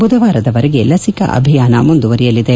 ಬುಧವಾರದವರೆಗೆ ಲಸಿಕಾ ಅಭಿಯಾನ ಮುಂದುವರಿಯಲಿದೆ